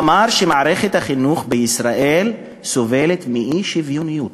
אמר שמערכת החינוך בישראל סובלת מאי-שוויוניות,